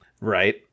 Right